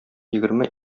егерме